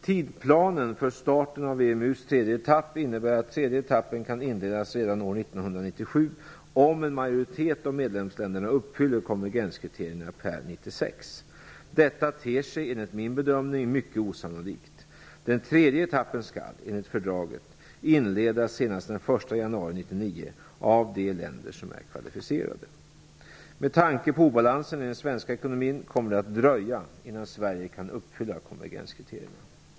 Tidplanen för starten av EMU:s tredje etapp innebär att tredje etappen kan inledas redan år 1997, om en majoritet av medlemsländerna uppfyller konvergenskriterierna per 1996. Detta ter sig, enligt min bedömning, mycket osannolikt. Den tredje etappen skall, enligt fördraget, inledas senast den 1 januari 1999 av de länder som är kvalificerade. Med tanke på obalanserna i den svenska ekonomin kommer det att dröja innan Sverige kan uppfylla konvergenskriterierna.